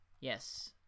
Yes